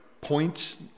points